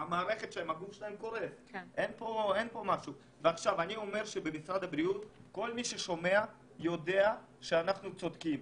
אני אומר שבמשרד הבריאות כל מי ששומע יודע שאנחנו צודקים.